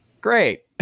Great